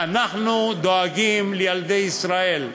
אנחנו דואגים לילדי ישראל,